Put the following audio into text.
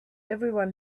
everyone